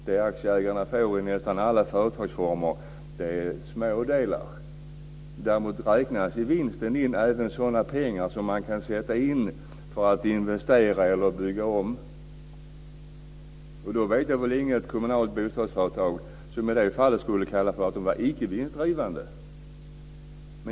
Det aktieägarna får i nästan alla företagsformer är smådelar. Däremot räknas i vinsten in även sådana pengar som man kan sätta in eller investera för att bygga om. Då känner jag inte till något kommunalt bostadsföretag som i det fallet skulle kalla sig för icke-vinstdrivande.